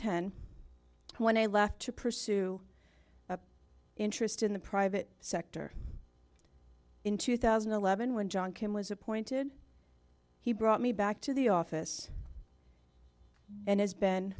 ten when i left to pursue a interest in the private sector in two thousand and eleven when john kim was appointed he brought me back to the office and has been